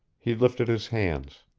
he lifted his hands.